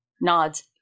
nods